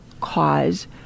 cause